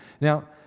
Now